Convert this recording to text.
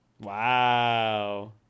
Wow